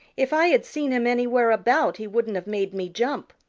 if i had seen him anywhere about he wouldn't have made me jump.